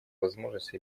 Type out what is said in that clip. возможность